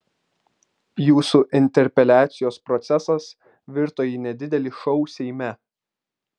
jūsų interpeliacijos procesas virto į nedidelį šou seime